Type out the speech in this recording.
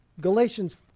Galatians